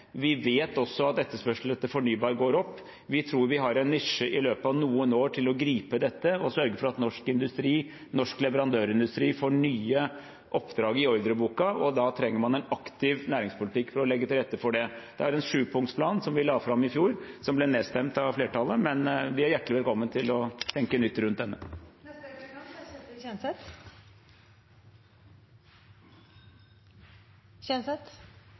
vi vet også at etterspørselen etter fornybar går opp. Vi tror vi har en nisje i løpet av noen år til å gripe dette og sørge for at norsk leverandørindustri får nye oppdrag i ordreboka, og da trenger man en aktiv næringspolitikk for å legge til rette for det. Vi har en syvpunktsplan som vi la fram i fjor, som ble nedstemt av flertallet, men de er hjertelig velkommen til å tenke nytt rundt denne. Samarbeid er